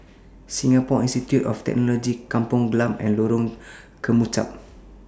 Singapore Institute of Technology Kampong Glam and Lorong Kemunchup